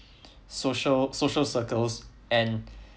social social circles and